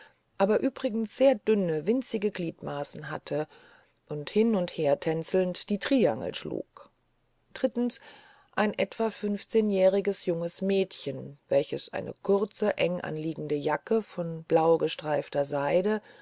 aber übrigens sehr dünne winzige gliedmaßen hatte und hin und her tänzelnd den triangel schlug drittens ein etwa fünfzehnjähriges junges mädchen welches eine kurze enganliegende jacke von blaugestreifter seide